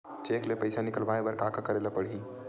Cheque ले पईसा निकलवाय बर का का करे ल पड़हि?